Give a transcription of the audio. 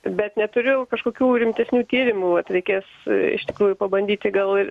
bet neturiu kažkokių rimtesnių tyrimų vat reikės iš tikrųjų pabandyti gal ir